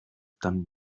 tan